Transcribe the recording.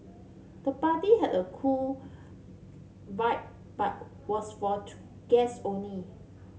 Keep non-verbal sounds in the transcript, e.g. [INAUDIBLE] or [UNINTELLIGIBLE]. the party had a cool vibe but was for [UNINTELLIGIBLE] guests only